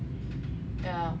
yeah